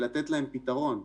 ולתת להם פתרון.